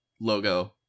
logo